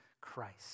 Christ